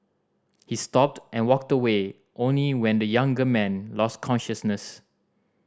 he stopped and walked away only when the younger man lost consciousness